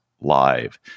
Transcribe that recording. live